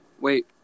wait